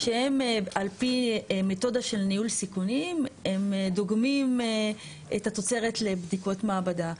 שהם על פי מתודה של ניהול סיכונים הם דוגמים את התוצרת לבדיקות מעבדה,